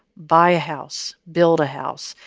buy a house. build a house.